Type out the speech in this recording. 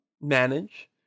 manage